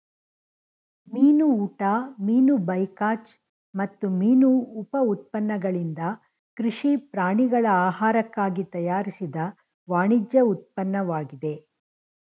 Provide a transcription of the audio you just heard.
ಮೀನು ಊಟ ಮೀನು ಬೈಕಾಚ್ ಮತ್ತು ಮೀನು ಉಪ ಉತ್ಪನ್ನಗಳಿಂದ ಕೃಷಿ ಪ್ರಾಣಿಗಳ ಆಹಾರಕ್ಕಾಗಿ ತಯಾರಿಸಿದ ವಾಣಿಜ್ಯ ಉತ್ಪನ್ನವಾಗಿದೆ